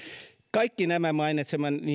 kaikki nämä mainitsemani